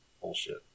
bullshit